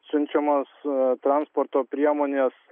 siunčiamas transporto priemonės